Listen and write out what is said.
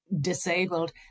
disabled